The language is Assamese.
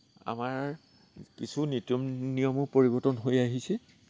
আমাৰ কিছু নীতি নিয়মো পৰিৱৰ্তন হৈ আহিছে